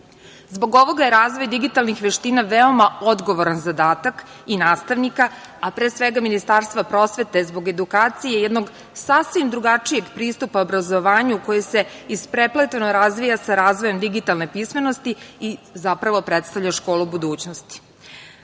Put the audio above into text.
ovoga je razvoj digitalnih veština veoma odgovoran zadatak i nastavnika, a pre svega Ministarstva prosvete zbog edukacije i jednog sasvim drugačijeg pristupa obrazovanju koje se isprepletano razvija sa razvojem digitalne pismenosti i zapravo predstavlja školu budućnosti. Zbog